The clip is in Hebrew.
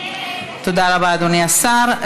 תודה רבה, אדוני השר.